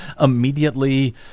immediately